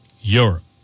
Europe